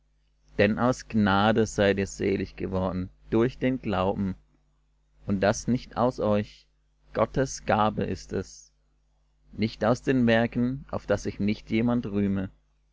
denn aus gnade seid ihr selig geworden durch den glauben und das nicht aus euch gottes gabe ist es nicht aus den werken auf daß sich nicht jemand rühme